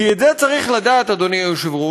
כי את זה צריך לדעת, אדוני היושב-ראש,